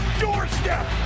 doorstep